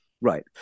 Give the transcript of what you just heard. Right